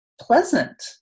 pleasant